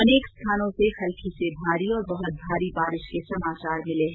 अनेक स्थानों से हल्की से भारी और बहत भारी वर्षा के समाचार मिल रहे हैं